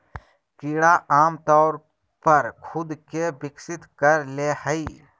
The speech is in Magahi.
कीड़ा आमतौर पर खुद के विकसित कर ले हइ